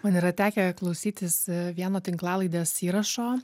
man yra tekę klausytis vieno tinklalaidės įrašo